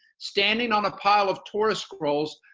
standing on a pile of torah scrolls,